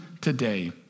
today